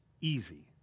easy